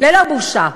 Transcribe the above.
ללא בושה,